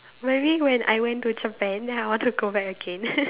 maybe when I went to Japan then I want to go back again